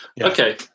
Okay